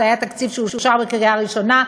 זה היה תקציב שאושר בקריאה ראשונה,